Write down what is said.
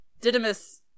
Didymus